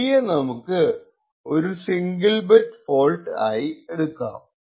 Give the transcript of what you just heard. e യെ നമുക്ക് ഒരു സിംഗിൾ ബിറ്റ് ഫോൾട്ട് ആയി എടുക്കാം